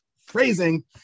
phrasing